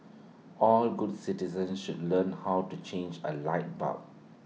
all good citizens should learn how to change A light bulb